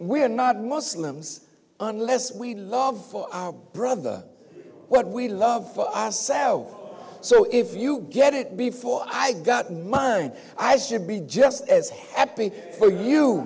we're not muslims unless we love our brother what we love ourselves so if you get it before i got mine i should be just as happy for you